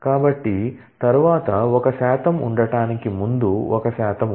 కాబట్టి తరువాత ఒక శాతం ఉండటానికి ముందు ఒక శాతం ఉంది